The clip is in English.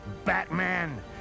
Batman